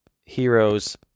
heroes